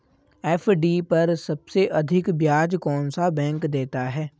FD पर सबसे अधिक ब्याज कौन सा बैंक देता है?